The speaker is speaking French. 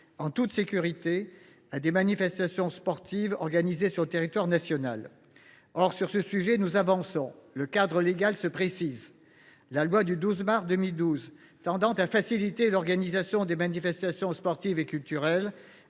en toute sécurité, à des manifestations sportives organisées sur le territoire national. Sur ce sujet nous avançons : le cadre légal se précise. La loi du 12 mars 2012 tendant à faciliter l’organisation des manifestations sportives et culturelles